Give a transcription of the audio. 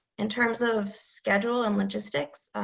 in terms of schedule and logistics.